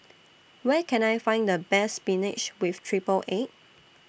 Where Can I Find The Best Spinach with Triple Egg